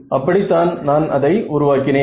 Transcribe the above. அப்படித்தான் நான் அதை உருவாக்கினேன்